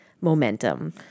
momentum